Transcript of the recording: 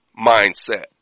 mindset